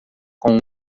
com